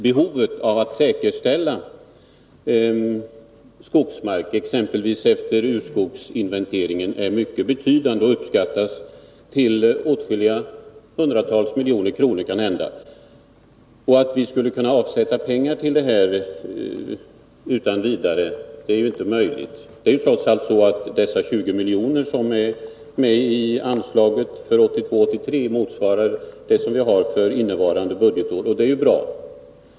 Behovet av att säkerställa skogsmark, exempelvis efter urskogsinventeringar, är av mycket betydande omfattning, och kostnaderna uppskattas till åtskilliga hundratals miljoner. Det är inte möjligt att utan vidare avsätta pengar till detta ändamål. De 20 miljoner som finns med i anslaget för 1982/83 motsvarar det vi har för innevarande budgetår, och det är bra att det kunnat bibehållas.